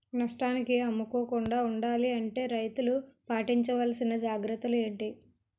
నష్టానికి అమ్ముకోకుండా ఉండాలి అంటే రైతులు పాటించవలిసిన జాగ్రత్తలు ఏంటి